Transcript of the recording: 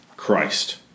Christ